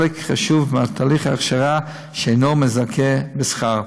חשוב מתהליך ההכשרה שאינו מזכה בשכר.